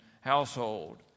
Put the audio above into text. household